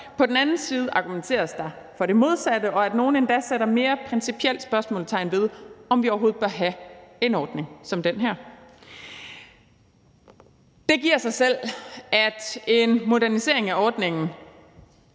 på den anden side argumenteres der for det modsatte, og nogle sætter endda mere principielt spørgsmålstegn ved, om vi overhovedet bør have en ordning som den her. Kl. 16:13 Det giver sig selv, at en modernisering af ordningen